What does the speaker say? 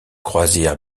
croisière